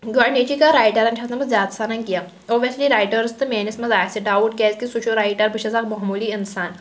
گۄڈنِچی کَتھ رایٹَرَن چھیٚس نہٕ بہٕ زیادٕ سناان کینٛہہ اوٚبویَسلی رایٹَرس تہٕ میٲنس منٛز آسہِ ڈاوُٹ کیٛازِکہِ سُہ چھُ رایٹَر بہٕ چھیٚس اَکھ معموٗلی انسان